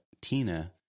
Tina